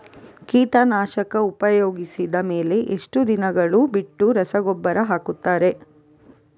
ಕೀಟನಾಶಕ ಉಪಯೋಗಿಸಿದ ಮೇಲೆ ಎಷ್ಟು ದಿನಗಳು ಬಿಟ್ಟು ರಸಗೊಬ್ಬರ ಹಾಕುತ್ತಾರೆ?